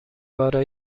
پاره